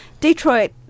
Detroit